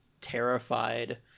terrified